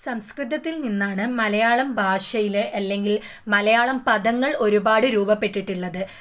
സംസ്കൃതത്തിൽ നിന്നാണ് മലയാളം ഭാഷയിലെ അല്ലെങ്കിൽ മലയാളം പദങ്ങൾ ഒരുപാട് രൂപപ്പെട്ടിട്ടുള്ളത്